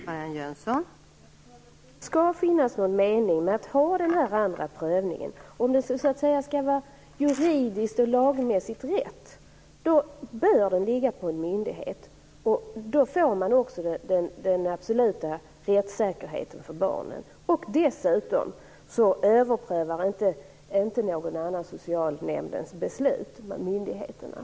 Fru talman! Om det skall vara en mening med den andra prövningen, om det skall vara juridiskt korrekt, bör detta ligga på en myndighet. Då blir det den absoluta rättssäkerheten för barnet. Dessutom överprövas inte socialnämndens beslut av någon annan.